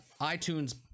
itunes